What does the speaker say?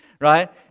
right